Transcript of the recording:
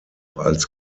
als